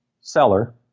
seller